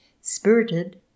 Spirited